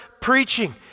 preaching